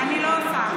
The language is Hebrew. אני לא עושה.